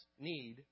need